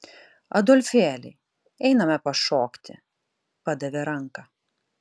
adolfėli einame pašokti padavė ranką